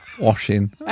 washing